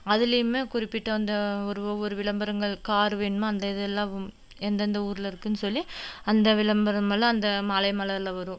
அதுலேயுமே குறிப்பிட்ட அந்த ஒரு ஒரு விளம்பரங்கள் கார் வேணுமா அந்த இதெல்லாம் எந்தெந்த ஊரில் இருக்குதுன்னு சொல்லி அந்த விளம்பரமெல்லாம் அந்த மாலை மலரில் வரும்